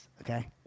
Okay